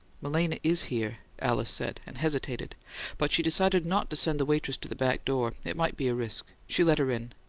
malena is here, alice said, and hesitated but she decided not to send the waitress to the back door it might be a risk. she let her in.